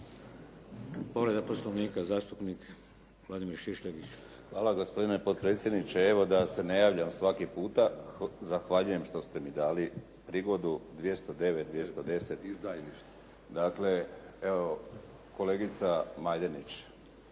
**Šišljagić, Vladimir (HDSSB)** Hvala gospodine potpredsjedniče. Evo da se ne javljam svaki puta, zahvaljujem što ste mi dali prigodu 209., 210. dakle, evo, kolegica Majdenić,